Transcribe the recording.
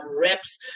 reps